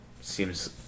seems